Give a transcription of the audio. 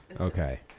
okay